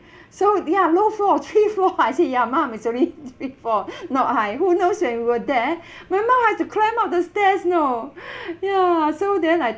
so ya low floor three floor I say ya mom it's only three floor not high who knows when we were there my mom had to climb up the stairs know ya so then like